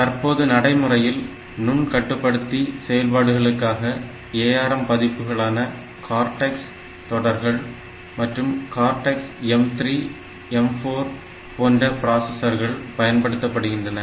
தற்போது நடைமுறையில் நுண்கட்டுப்படுத்தி செயல்பாடுகளுக்காக ARM பதிப்புகளான cortex தொடர்கள் மற்றும் cortex m3 m4 போன்ற பிராசஸர்கள் பயன்படுத்தப்படுகின்றன